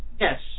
Yes